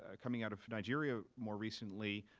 ah coming out of nigeria more recently,